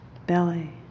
belly